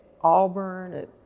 Auburn